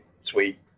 sweet